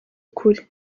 ukuri